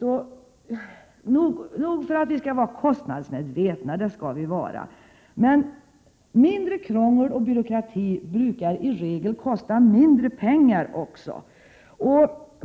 Nog för att vi skall vara kostnadsmedvetna, men mindre krångel och mindre byråkrati brukar i regel kosta mindre pengar.